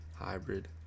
hybrid